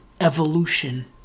evolution